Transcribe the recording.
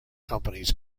companies